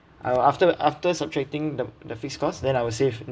I will after after subtracting the the fixed costs then I would save